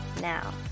now